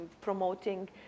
promoting